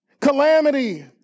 calamity